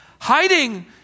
hiding